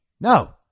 No